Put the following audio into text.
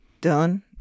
done